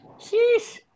sheesh